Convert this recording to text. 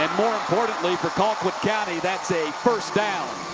more importantly, for colquitt county, that's a first down.